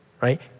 Right